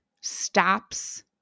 stops